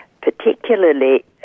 particularly